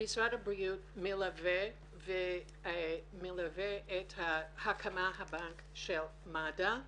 משרד הבריאות מלווה את הקמת הבנק במד"א.